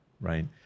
right